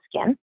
skin